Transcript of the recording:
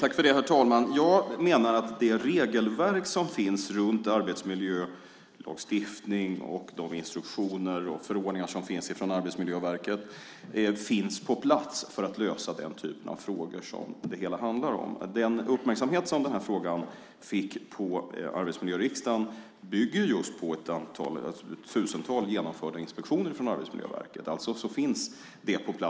Herr talman! Jag menar att det regelverk som finns i form av arbetsmiljölagstiftningen och de instruktioner och förordningar som finns från Arbetsmiljöverket redan finns på plats för att lösa den typen av frågor som det hela handlar om. Den uppmärksamhet som frågan fick på Arbetsmiljöriksdagen bygger just på ett tusental genomförda inspektioner från Arbetsmiljöverket.